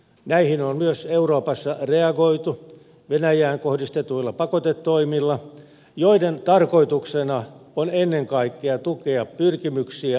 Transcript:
näihin on myös euroopassa reagoitu venäjään kohdistetuilla pakotetoimilla joiden tarkoituksena on ennen kaikkea tukea pyrkimyksiä neuvotteluratkaisuun